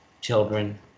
children